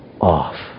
off